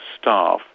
staff